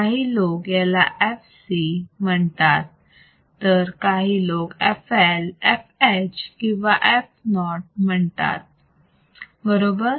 काही लोक याला fc म्हणतात तर काही लोक fL fH किंवा fo म्हणतात बरोबर